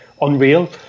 unreal